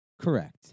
Correct